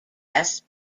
best